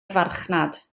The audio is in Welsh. farchnad